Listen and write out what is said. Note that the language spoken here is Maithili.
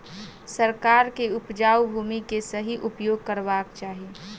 सरकार के उपजाऊ भूमि के सही उपयोग करवाक चाही